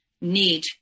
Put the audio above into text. need